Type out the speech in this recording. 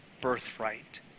birthright